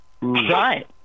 Right